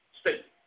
state